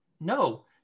no